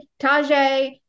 Tajay